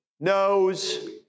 knows